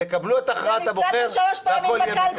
תקבלו את הכרעת הבוחר והכול יהיה בסדר.